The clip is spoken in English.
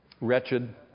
Wretched